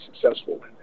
successful